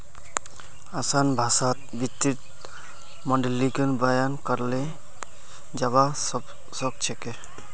असान भाषात वित्तीय माडलिंगक बयान कराल जाबा सखछेक